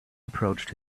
approached